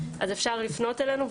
אז אפשר לפנות אלינו,